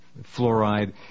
fluoride